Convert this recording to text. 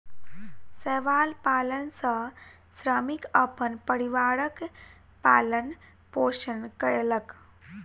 शैवाल पालन सॅ श्रमिक अपन परिवारक पालन पोषण कयलक